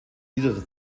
wieder